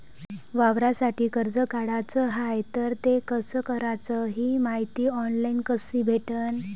वावरासाठी कर्ज काढाचं हाय तर ते कस कराच ही मायती ऑनलाईन कसी भेटन?